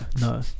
No